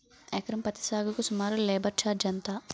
ఎకరం పత్తి సాగుకు సుమారు లేబర్ ఛార్జ్ ఎంత?